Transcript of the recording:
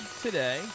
today